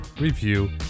review